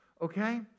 Okay